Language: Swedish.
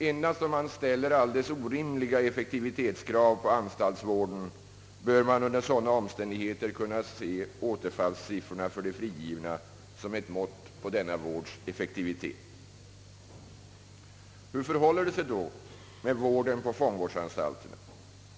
Endast om man ställer alldeles orimliga effektivitetskrav på anstaltsvården, bör man under sådana omständigheter kunna se återfallssiffrorna för de frigivna som ett mått på denna vårds effektivitet. Hur förhåller det sig då med vården på fångvårdsanstalterna?